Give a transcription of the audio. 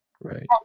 Right